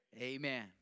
amen